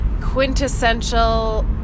quintessential